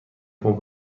پمپ